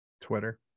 Twitter